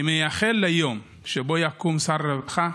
אני מייחל ליום שבו יקום שר רווחה,